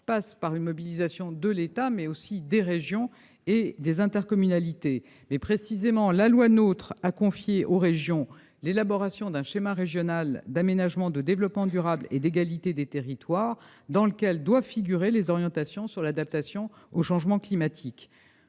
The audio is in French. passe par une mobilisation non seulement de l'État, mais aussi des régions et des intercommunalités. Précisément, la loi NOTRe a confié aux régions l'élaboration d'un schéma régional d'aménagement, de développement durable et d'égalité des territoires, un Sraddet, dans lequel doivent figurer les orientations sur l'adaptation au changement climatique.